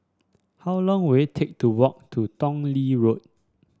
how long will it take to walk to Tong Lee Road